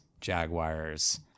jaguars